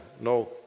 No